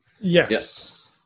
Yes